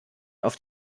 auf